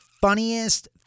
funniest